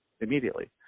immediately